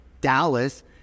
Dallas